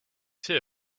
see